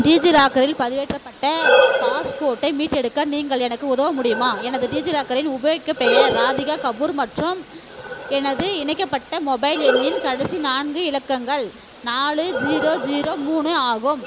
டிஜிலாக்கரில் பதிவேற்றப்பட்ட பாஸ்போர்ட்டை மீட்டெடுக்க நீங்கள் எனக்கு உதவ முடியுமா எனது டிஜிலாக்கரின் உபயோகப் பெயர் ராதிகா கபூர் மற்றும் எனது இணைக்கப்பட்ட மொபைல் எண்ணின் கடைசி நான்கு இலக்கங்கள் நாலு ஜீரோ ஜீரோ மூணு ஆகும்